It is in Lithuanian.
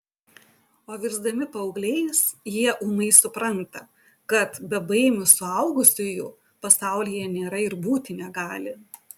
o virsdami paaugliais jie ūmai supranta kad bebaimių suaugusiųjų pasaulyje nėra ir būti negali